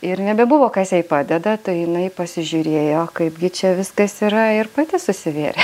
ir nebebuvo kas jai padeda tai jinai pasižiūrėjo kaipgi čia viskas yra ir pati susivėrė